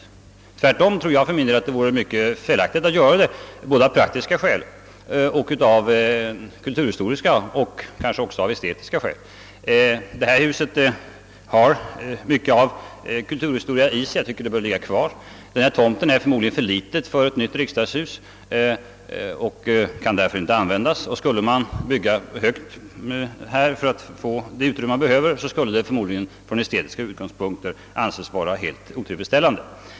För min del tror jag tvärtom att det skulle vara mycket felaktigt att göra så, både av praktiska och historiska och kanske också av estetiska skäl. Detta hus rymmer mycket av kulturhistoria och jag tycker det bör vara kvar. Dessutom är den här tomten förmodligen för liten för ett nytt riksdagshus och skulle man bygga högt för att få det nödvändiga utrymmet skulle det förmodligen från estetiska synpunkter bli helt otillfredsställande.